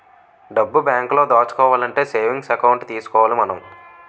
డబ్బు బేంకులో దాచుకోవాలంటే సేవింగ్స్ ఎకౌంట్ తీసుకోవాలి మనం